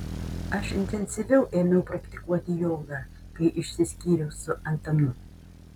aš intensyviau ėmiau praktikuoti jogą kai išsiskyriau su antanu